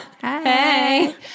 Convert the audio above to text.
Hey